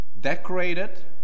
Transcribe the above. decorated